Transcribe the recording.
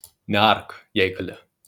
neark jei gali